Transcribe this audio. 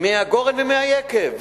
מהגורן ומהיקב,